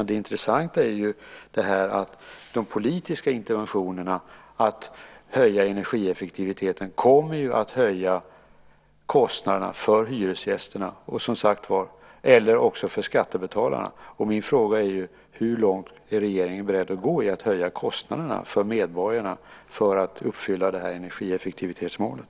Det intressanta är att de politiska interventionerna för att höja energieffektiviteten kommer att höja kostnaderna för hyresgästerna - eller för skattebetalarna. Min fråga är: Hur långt är regeringen beredd att gå i att höja kostnaderna för medborgarna för att uppfylla energieffektivitetsmålet?